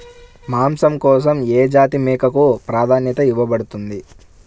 మాంసం కోసం ఏ జాతి మేకకు ప్రాధాన్యత ఇవ్వబడుతుంది?